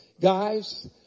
Guys